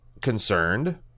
concerned